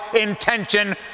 intention